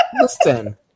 listen